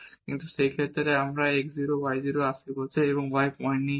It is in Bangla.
কিন্তু এই ক্ষেত্রে যখন আমরা x 0 y 0 এর আশেপাশে x y পয়েন্ট নিয়েছি